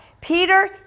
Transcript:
Peter